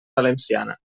valenciana